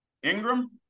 Ingram